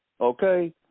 Okay